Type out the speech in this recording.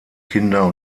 kinder